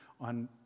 on